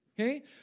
okay